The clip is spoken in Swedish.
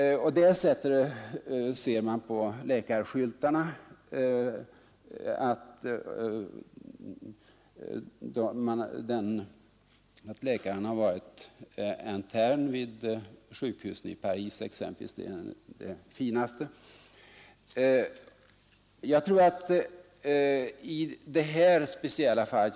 De fem procenten däremot kan alltid göra reklam med sitt förflutna. Man ser på läkarskyltarna att läkaren har varit ”interne” exempelvis vid sjukhus i Paris — det är det finaste.